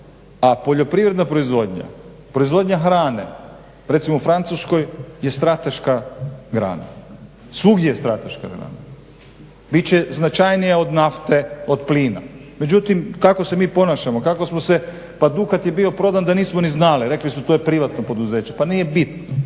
a poljoprivredna proizvodnja, proizvodnja hrane recimo u Francuskoj je strateška grana, svugdje je strateška hrana. Bit će značajnija od nafte od plina. Međutim kako se mi ponašamo kako smo se pa Dukat je bio prodan da nismo ni znali. Rekli su to je privatno poduzeće. Pa nije bitno.